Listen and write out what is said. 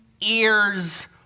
ears